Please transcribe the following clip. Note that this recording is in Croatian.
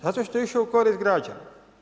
Zato što je išao u korist građana.